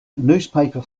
newspaper